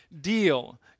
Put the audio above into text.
deal